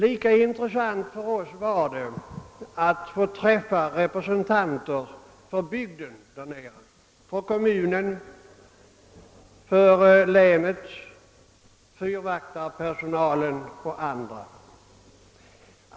Lika intressant var det för oss att få träffa representanter för bygden, för kommunen, för länet, fyrvaktarpersonalen och andra.